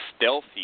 stealthy